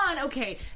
okay